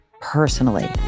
personally